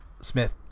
Smith